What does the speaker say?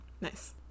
Nice